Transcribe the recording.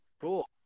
Cool